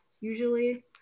usually